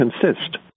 consist